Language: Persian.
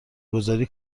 گذاری